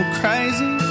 crazy